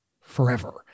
forever